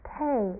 pay